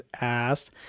asked